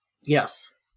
Yes